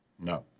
No